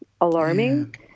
alarming